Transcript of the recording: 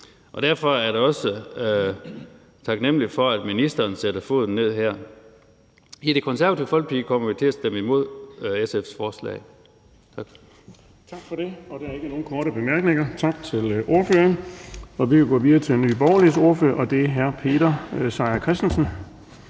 Derfor er jeg da også taknemlig for, at ministeren sætter foden ned her. I Det Konservative Folkeparti kommer vi til at stemme imod SF's forslag. Tak.